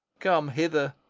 come hither,